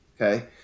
Okay